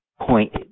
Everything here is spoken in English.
point